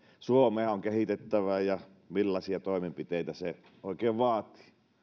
suomea on kehitettävä ja millaisia toimenpiteitä se oikein vaatii